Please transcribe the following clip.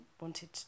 wanted